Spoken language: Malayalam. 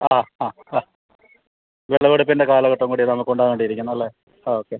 ആ ആ ആ വെളവെടുപ്പിൻ്റെ കാലഘട്ടം കൂടി നമുക്ക് ഉണ്ടാകേണ്ടിയിരിക്കുന്നില്ല ആ ഓക്കെ